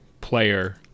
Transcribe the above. player